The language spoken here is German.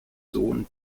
sohn